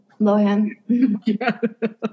lohan